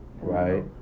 right